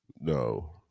No